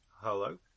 Hello